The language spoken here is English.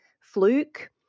fluke